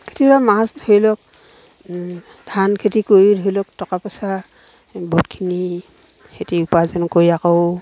কিবা মাছ ধৰি লওক ধান খেতি কৰি ধৰি লওক টকা পইচা বহুতখিনি সিহঁতি উপাৰ্জন কৰি আকৌ